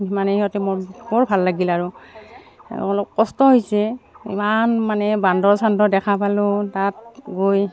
মানে সিহঁতে মোৰ বৰ ভাল লাগিল আৰু অলপ কষ্ট হৈছে ইমান মানে বান্দৰ চান্দৰ দেখা পালোঁ তাত গৈ